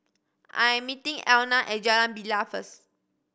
I am meeting Elna at Jalan Bilal first